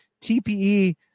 TPE